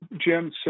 Jim